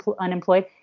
unemployed